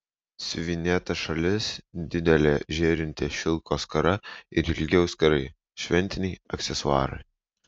siuvinėtas šalis didelė žėrinti šilko skara ir ilgi auskarai šventiniai aksesuarai